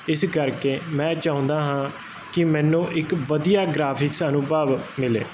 ਇਸ ਕਰਕੇ ਮੈਂ ਚਾਹੁੰਦਾ ਹਾਂ ਕਿ ਮੈਨੂੰ ਇੱਕ ਵਧੀਆ ਗ੍ਰਾਫਿਕਸ ਅਨੁਭਵ ਮਿਲੇ